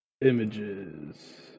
Images